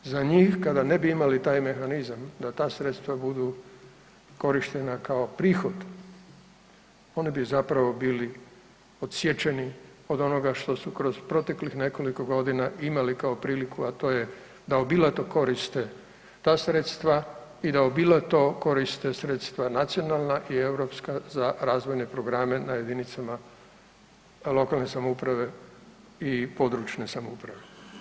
Za njih kada ne bi imali taj mehanizam da ta sredstva budu korištena kao prihod, oni bi zapravo bili odsječeni od onoga što su kroz proteklih nekoliko godina imali kao priliku, a to je da obilato koriste ta sredstva i da obilato koriste sredstva nacionalna i europska za razvojne programe na jedinicama lokalne samouprave o područne samouprave.